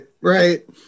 right